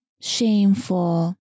shameful